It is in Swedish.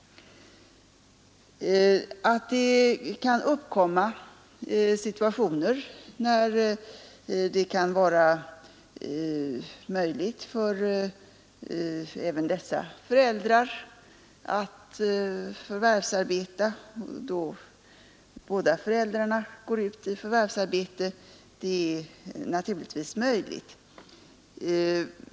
Att det kan uppkomma sådana situationer även bland denna grupp att båda föräldrarna kan gå ut i förvärvsarbete är naturligtvis möjligt.